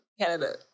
Canada